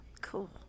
cool